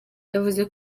yavuze